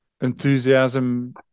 enthusiasm